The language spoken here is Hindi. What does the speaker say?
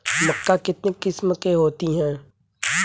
मक्का कितने किस्म की होती है?